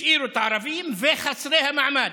השאירו את הערבים וחסרי המעמד.